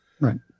Right